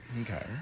Okay